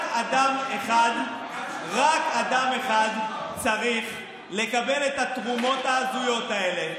רק אדם אחד צריך לקבל את התרומות ההזויות האלה.